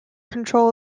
control